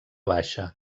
baixa